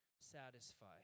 satisfy